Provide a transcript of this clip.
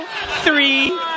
three